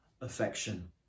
affection